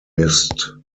mist